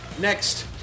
next